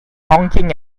honking